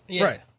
right